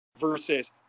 Versus